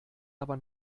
aber